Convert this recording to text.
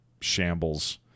shambles